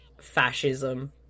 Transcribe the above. fascism